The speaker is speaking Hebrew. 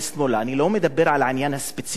אני לא מדבר על העניין הספציפי הזה,